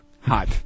Hot